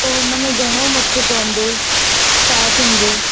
त हुन में घणो मथे पवंदो